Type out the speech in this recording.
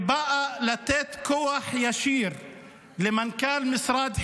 היא באה לתת כוח ישיר למנכ"ל משרד החינוך,